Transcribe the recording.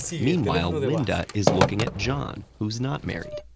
meanwhile, linda is looking at john, who's not married.